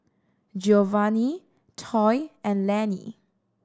Geovanni Toy and Lannie